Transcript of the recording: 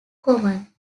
common